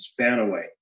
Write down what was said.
Spanaway